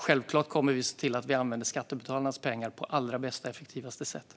Självklart kommer vi att se till att vi använder skattebetalarnas pengar på det allra bästa och mest effektiva sättet.